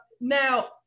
Now